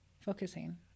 focusing